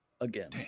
again